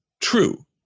true